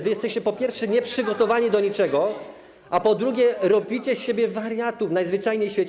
Wy jesteście, po pierwsze, nieprzygotowani do niczego, a po drugie, robicie z siebie wariatów najzwyczajniej w świecie.